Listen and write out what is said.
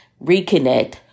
reconnect